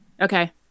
Okay